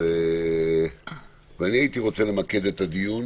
אבל הייתי רוצה למקד את הדיון